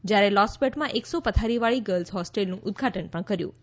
જ્યારે લોસ્પેટમાં એકસો પથારીવાળી ગર્લ્સ હોસ્ટેલનું ઉદઘાટન કર્યં